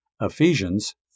Ephesians